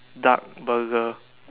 duck Burger